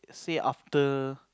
say after